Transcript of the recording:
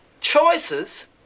Choices